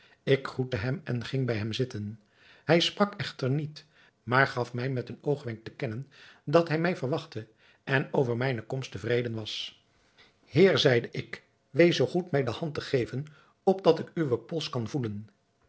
ik groette hem en ging bij hem zitten hij sprak echter niet maar gaf mij met een oogwenk te kennen dat hij mij wachtende en over mijne komst tevreden was heer zeide ik wees zoo goed mij de hand te geven opdat ik uwen pols kan voelen